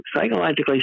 psychologically